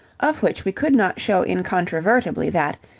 of which we could not show incontrovertibly that,